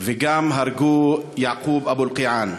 וגם הרגו את יעקוב אבו אלקיעאן.